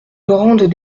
grandes